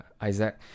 Isaac